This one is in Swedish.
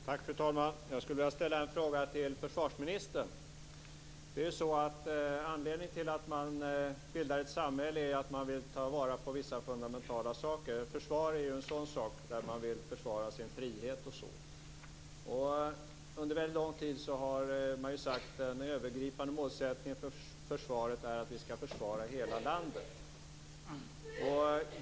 Fru talman! Jag vill ställa en fråga till försvarsministern. Anledningen till att man bildar ett samhälle är att man vill ta vara på vissa fundamentala saker, och försvar är en sådan sak. Man vill ju försvara sin frihet. Under väldigt lång tid har man sagt att den övergripande målsättningen för försvaret är att hela landet skall försvaras.